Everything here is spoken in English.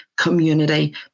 community